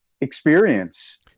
experience